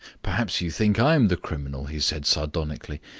perhaps you think i am the criminal, he said sardonically,